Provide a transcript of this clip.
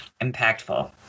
impactful